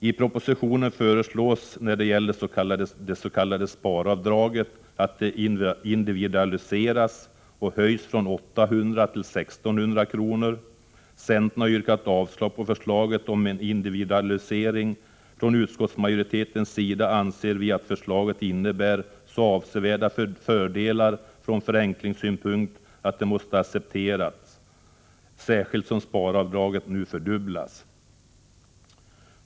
I propositionen föreslås, när det gäller det s.k. sparavdraget, att det individualiseras och höjs från 800 kr. till I 600 kr. Centern har yrkat avslag på förslaget om en individualisering. Från utskottsmajoritetens sida anser vi att förslaget innebär sådana avsevärda fördelar ur förenklingssynpunkt att det måste accepteras, särskilt som sparavdraget nu fördubblas.